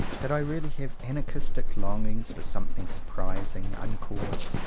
that i really have anarchistic longings for something surpris ing, uncaused,